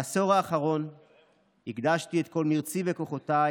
בעשור האחרון הקדשתי את כל מרצי וכוחותיי,